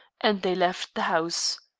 and they left the house.